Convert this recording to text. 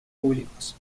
públicos